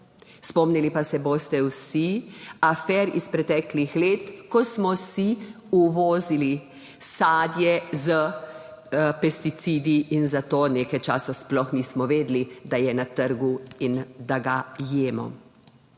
Spomnili pa se boste vsi afer iz preteklih let, ko smo si uvozili sadje s pesticidi, za kar nekaj časa sploh nismo vedeli, da je na trgu, in da ga jemo.